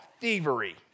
thievery